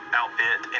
outfit